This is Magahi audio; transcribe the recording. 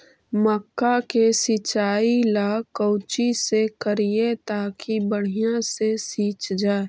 मक्का के सिंचाई ला कोची से करिए ताकी बढ़िया से सींच जाय?